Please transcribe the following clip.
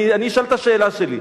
אני אשאל את השאלה שלי.